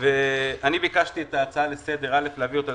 אני ביקשתי את ההצעה לסדר כדי להעלות אותה